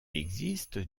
existe